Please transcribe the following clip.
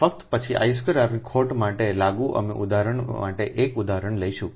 તેથી ફક્તપછીનીi2R ખોટમાટે લાગુઅમે ઉદાહરણ માટે 1 ઉદાહરણ લઈશું